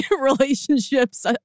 relationships